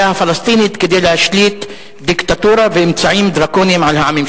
הפלסטינית כדי להשליט דיקטטורה ואמצעים דרקוניים על העמים,